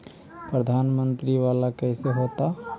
प्रधानमंत्री मंत्री वाला कैसे होता?